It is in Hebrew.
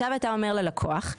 אתה אומר ללקוח: